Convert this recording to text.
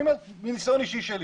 אני אומר מניסיון אישי שלי.